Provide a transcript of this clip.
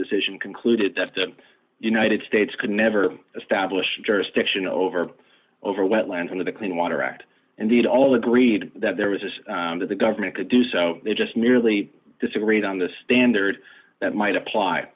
decision concluded that the united states could never established jurisdiction over over wetlands under the clean water act and they had all agreed that there was that the government could do so they just merely disagreed on the standard that might apply